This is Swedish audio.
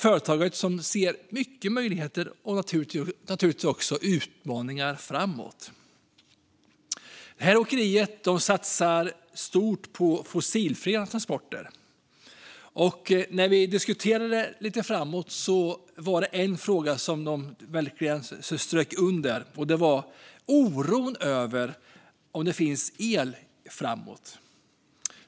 Företaget ser mycket möjligheter och även utmaningar framåt. Åkeriet satsar stort på fossilfria transporter. När vi diskuterade det lite var det en fråga som de verkligen strök under: oron över om det kommer att finnas el framöver.